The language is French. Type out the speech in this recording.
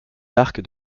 barque